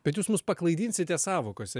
bet jūs mus paklaidinsite sąvokose